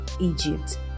egypt